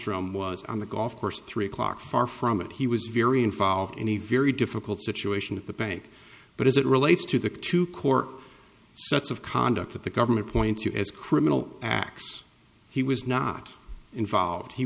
home was on the golf course three o'clock far from it he was very involved in a very difficult situation at the bank but as it relates to the two core sets of conduct that the government points to as criminal acts he was not involved he